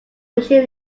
machine